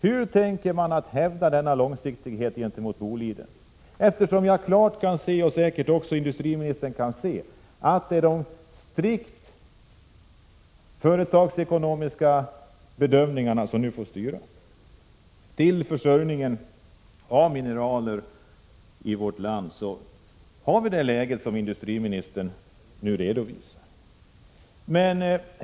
Jag kan klart se — och det kan säkert också industriministern — att det är de strikt företagsekonomiska bedömningarna som får styra. När det gäller försörjningen av mineral har vi i vårt land det läge som industriministern redovisar.